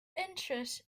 interest